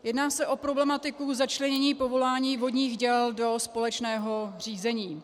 Jedná se o problematiku začlenění povolování vodních děl do společného řízení.